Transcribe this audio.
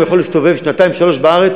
הוא יכול היה להסתובב שנתיים-שלוש בארץ